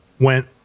went